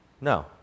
No